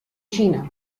cina